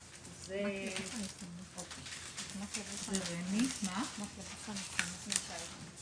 אני נותנת לך את הקרדיט יענקי שאתה יודע לעשות את הדבר הזה,